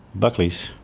buckley's.